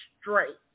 straight